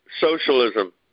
socialism